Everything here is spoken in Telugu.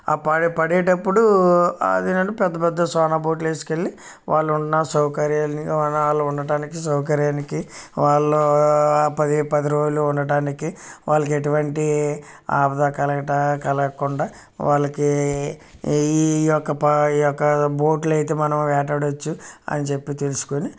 ఆ పడే పడేటప్పుడు అది నేను పెద్ద పెద్ద సోనా బూట్లు వేసుకెళ్ళి వాళ్ళు ఉన్న సౌకర్యాలని వాళ్ళు ఉండడానికి సౌకర్యానికి వాళ్ళ పది పది రోజులు ఉండటానికి వాళ్ళకి ఎటువంటి ఆపద కలగట కలగకుండా వాళ్ళకి ఈ యొక్క ఈ యొక బోట్లు అయితే మనం వేటాడచ్చు అని చెప్పి తెలుసుకొని